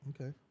Okay